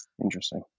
Interesting